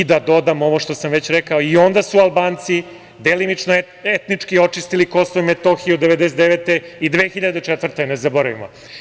Da dodam ono što sam već rekao, i onda su Albanci delimično etnički očistili KiM 1999. i 2004. godine, ne zaboravimo.